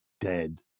dead